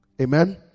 Amen